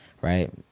Right